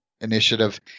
initiative